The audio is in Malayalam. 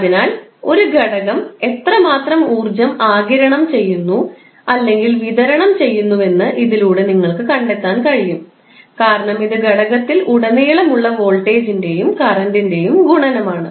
അതിനാൽ ഒരു ഘടകം എത്രമാത്രം ഊർജ്ജം ആഗിരണം ചെയ്യുന്നു അല്ലെങ്കിൽ വിതരണം ചെയ്യുന്നുവെന്ന് ഇതിലൂടെ നിങ്ങൾക്ക് കണ്ടെത്താൻ കഴിയും കാരണം ഇത് ഘടകത്തിൽ ഉടനീളമുള്ള വോൾട്ടേജിൻറെയും കറണ്ടിൻറെയും ഗുണനമാണ്